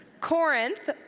Corinth